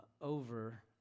over